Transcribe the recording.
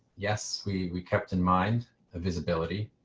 yes, we we kept in mind a visibility.